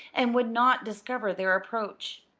and would not discover their approach.